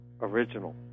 Original